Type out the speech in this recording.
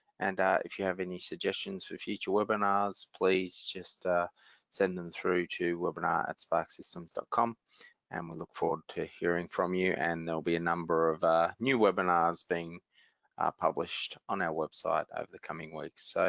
and if you have any suggestions for future webinars please just ah send them through to webinar at sparxsystems dot com and we look forward to hearing from you and there will be a number of ah new webinars being published on our website over the coming weeks.